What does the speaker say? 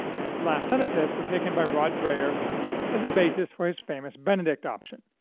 and its last sentences were taken by rod dreher as the basis for his famous benedict option.